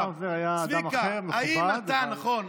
גדעון האוזר היה אדם אחר ומכובד, אבל זה לא, נכון.